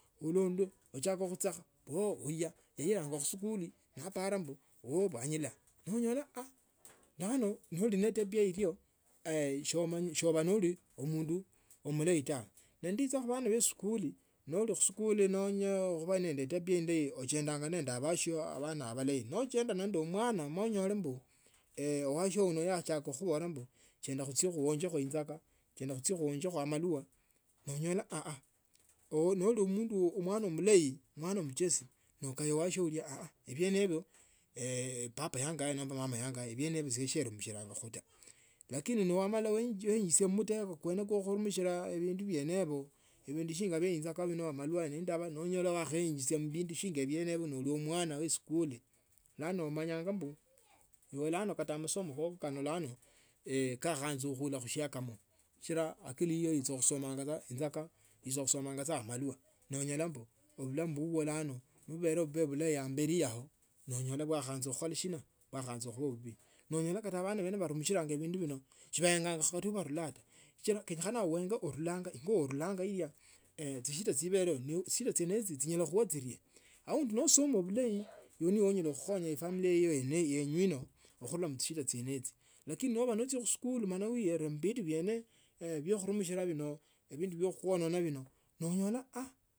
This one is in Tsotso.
Ukhole undeo uchakha khuchekha oo khulia yolukha khusikulu naparanga mbu oh aila nonyola aa bulano ndi netabia ario shioba noli omundu omulayi tawe. Nendicha khubana ba esikuli noli khusikuli noli wawo noba nende etebia endayi ochendanga nende abasio bali na abalaye nochenda nendi mwana nonyole mbu wasio uno yakhachiaka mbu chendako khuchie khunywekho injaka chenda khuchie kwenje muchesi nokaya wasio biene ibo papa yangaya nomba mama yangaye biene ilyo ise sindomishinanga ta lakini wamalo wainjisia mumutego kwa kunimushila bindu biene ebo ebindu shinga bia enjaka ino amalwa shinga biene ibo neibe mwene wa iskali bulano umanyanga mbu ibe bulano kata amasoma ke ka bulano kabecha khandi khuila mshiakano sichila akili iyo ichakhusomanga saa amalwa amalwa nonyola mbu obulamu bubwoo bulano bubere bube bulayi ambeli ao nonyola bwakhaanza khukhola shina bwakhaanza khubaa bubii nonyola kata bana bebe bunimishalanga bindu bino shibanganga kata ao banila taa kenyakhana liengo unilanga ena. Onilanga chsida chibeko chishida chiene chinyala khuekoywa nomba aundi nasomele bulayi. Onyola khukhonya efamily iyo yeneyo munela mushida chiene hicho lakini noba nochire mskuli mala uree mubindu biene bia khunimishila bino bindu bia khukhuonenya bino nonyola aah.